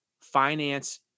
finance